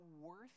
worth